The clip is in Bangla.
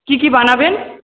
কি কি বানাবেন